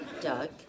Doug